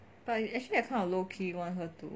but you actually I kind of low key want her to